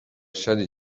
شادی